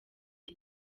iki